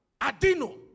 Adino